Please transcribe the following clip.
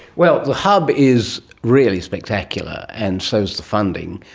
well, the hub is really spectacular, and so is the funding.